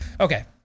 Okay